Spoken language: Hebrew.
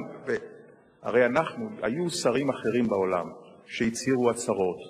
היו שרים אחרים בעולם שהצהירו הצהרות